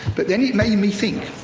but then it made me think.